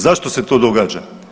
Zašto se to događa?